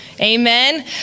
amen